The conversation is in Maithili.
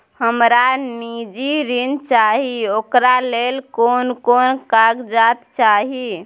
हमरा निजी ऋण चाही ओकरा ले कोन कोन कागजात चाही?